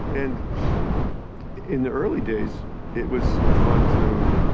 and in the early days it was fun to.